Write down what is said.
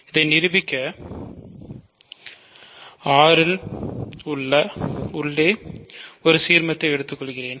இதை நிரூபிக்க இதை நிரூபிக்க R இன் உள்ளே ஒரு சீர்மத்தை எடுத்துக்கொள்கிறேன்